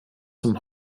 zum